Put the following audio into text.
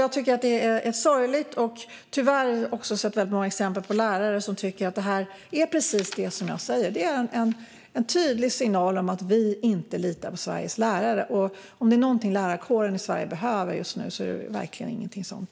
Jag tycker att detta är sorgligt. Tyvärr har jag också sett väldigt många exempel på lärare som tycker precis som jag, nämligen att detta är en tydlig signal om att vi inte litar på Sveriges lärare. Det lärarkåren i Sverige behöver är verkligen inget sådant!